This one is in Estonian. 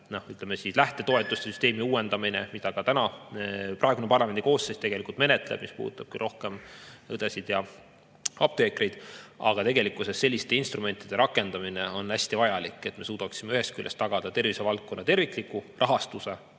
ütleme, lähtetoetuste süsteemi uuendamine, mida ka praegune parlamendikoosseis menetleb, ehkki see puudutab rohkem õdesid ja apteekreid. Aga tegelikkuses selliste instrumentide rakendamine on hästi vajalik, et me suudaksime ühest küljest tagada tervisevaldkonna tervikliku rahastuse